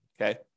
Okay